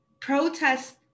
protest